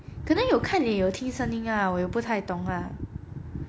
可能有看脸也听声音啦我也不太懂啊